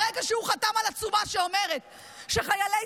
ברגע שהוא חתם על עצומה שאומרת שחיילי